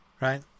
right